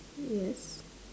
yes